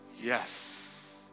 yes